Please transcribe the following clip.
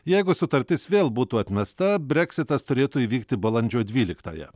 jeigu sutartis vėl būtų atmesta breksitas turėtų įvykti balandžio dvyliktąją